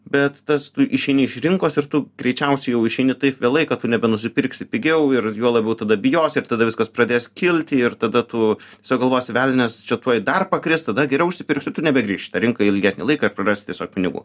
bet tas tu išeini iš rinkos ir tu greičiausiai jau išeini taip vėlai kad tu nebenusipirksi pigiau ir juo labiau tada bijosi ir tada viskas pradės kilti ir tada tu tiesiog galvosi velnias čia tuoj dar pakris tada geriau užsipirksiu tu nebegrįši į tą rinką ilgesnį laiką ir prarasi tiesiog pinigų